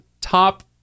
Top